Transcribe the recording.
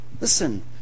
listen